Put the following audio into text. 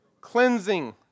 cleansing